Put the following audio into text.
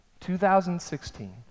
2016